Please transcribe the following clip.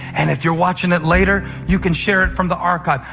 and if you're watching it later, you can share it from the archive.